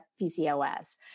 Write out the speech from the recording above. PCOS